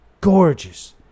Gorgeous